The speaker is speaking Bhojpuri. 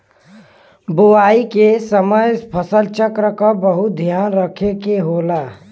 बोवाई के समय फसल चक्र क बहुत ध्यान रखे के होला